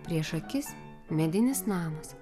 prieš akis medinis namas